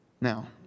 Now